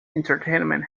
entertainment